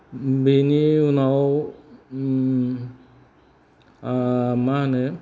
बेनि उनाव मा होनो